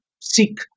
seek